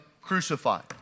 crucified